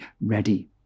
ready